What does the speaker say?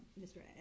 Mr